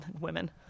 women